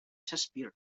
shakespeare